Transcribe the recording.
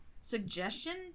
suggestion